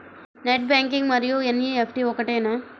Net banking మరియు NEFT ఒకటేనా?